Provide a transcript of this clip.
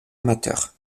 amateur